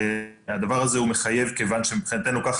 והדבר הזה מחייב כיוון שמבחינתנו ככה